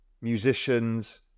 musicians